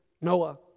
Noah